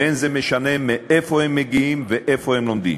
ולא משנה מאיפה הם מגיעים ואיפה הם לומדים.